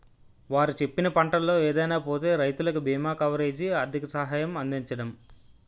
వారు చెప్పిన పంటల్లో ఏదైనా పోతే రైతులకు బీమా కవరేజీ, ఆర్థిక సహాయం అందించడం